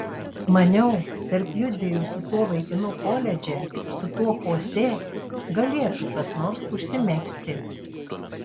maniau tarp judviejų su tuo vaikinu koledže su tuo chosė galėtų kas nors užsimegzti